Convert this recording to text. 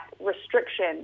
restriction